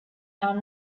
are